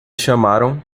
chamaram